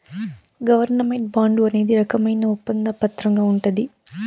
government bond అనేది రకమైన ఒప్పంద పత్రంగా ఉంటది